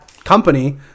company